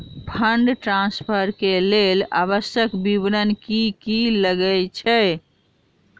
Fund transfer केँ लेल आवश्यक विवरण की की लागै छै?